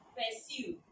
pursue